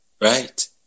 right